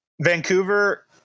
vancouver